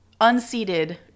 Unseated